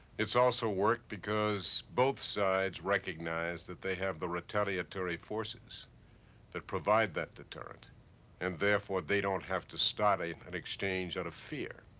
it's also worked because both sides recognize that they have the retaliatory forces that provide that deterrent and, therefore, they don't have to start an exchange out of fear.